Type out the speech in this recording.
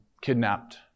kidnapped